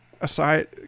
aside